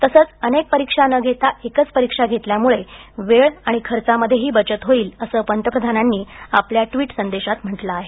तसंच अनेक परीक्षा न घेता एकच परीक्षा घेतल्यामुळे वेळ आणि खर्चामध्येही बचत होईल असं पंतप्रधानांनी आपल्या ट्वीटमध्ये म्हटलं आहे